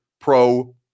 pro